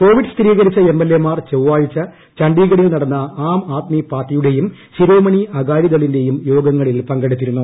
Covid സ്ഥിരീകരിച്ച എംഎൽഎമാർ ചൊവ്വാഴ്ച ചണ്ഡീഗഡിൽ നടന്ന ആം ആദ്മി പാർട്ടിയുടേയും ശിരോമണി അകാലിദളിന്റെയും യോഗങ്ങളിൽ പങ്കെടുത്തിരുന്നു